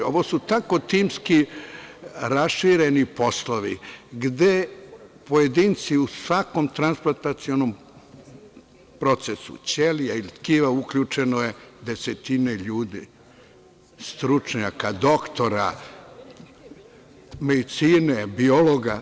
Ovo su tako timski rašireni poslovi gde je u svaki transplantacioni proces ćelija ili tkiva uključeno desetine ljudi, stručnjaka, doktora medicine, biologa.